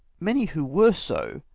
many who were so,